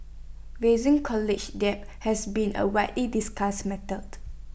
rising college debt has been A widely discussed mattered